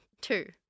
Two